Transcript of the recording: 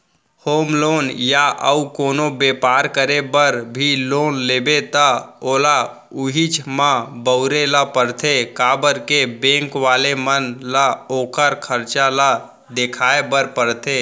home loan या अउ कोनो बेपार करे बर भी लोन लेबे त ओला उहींच म बउरे ल परथे काबर के बेंक वाले मन ल ओखर खरचा ल देखाय बर परथे